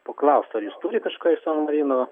paklaust ar jis turi kažką iš san marino